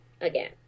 again